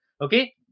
Okay